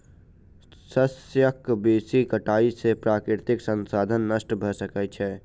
शस्यक बेसी कटाई से प्राकृतिक संसाधन नष्ट भ सकै छै